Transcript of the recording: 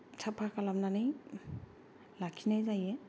साफा खालामनानै लाखिनाय जायो